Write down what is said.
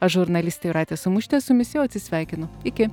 aš žurnalistė jūratė samušytė su jumis jau atsisveikinu iki